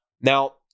Now